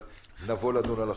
כשנבוא לדון על החוק.